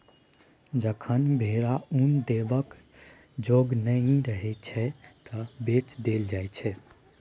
जखन भेरा उन देबाक जोग नहि रहय छै तए बेच देल जाइ छै